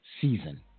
season